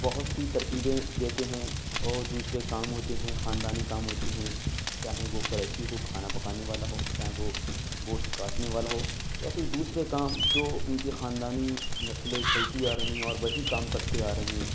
بہت سی ترکیبیں دیتے ہیں اور دوسرے کام ہوتے ہیں خاندانی کام ہوتے ہیں چاہے وہ قریشی ہو کھانا پکانے والا ہو چاہے وہ گوش کاٹنے والا ہوں یا پھر دوسرے کام جو ان کی خاندانی نسلیں چلتی آ رہی ہوں اور وہی کام کرتے آ رہے ہیں